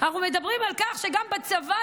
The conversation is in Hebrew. אנחנו מדברים על כך שגם בצבא,